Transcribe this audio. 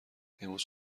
امروز